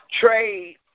trade